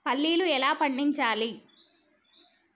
పల్లీలు ఎలా పండించాలి?